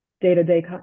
day-to-day